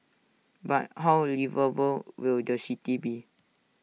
but how liveable will the city be